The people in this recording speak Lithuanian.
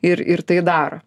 ir ir tai daro